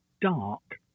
dark